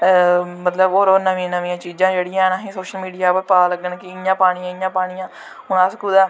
मतलव होर होर नमियां नमियां चीजां असें सोशल मीडिया पर लग्गन कि इयां पानियां इयां पानियां हून अस कुदै